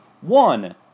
One